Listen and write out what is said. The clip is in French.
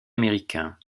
américain